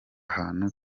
hantu